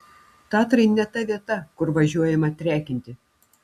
tatrai ne ta vieta kur važiuojama trekinti